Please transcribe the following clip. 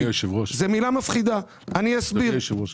זו מילה מפחידה ואני אסביר.